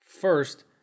First